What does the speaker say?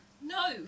No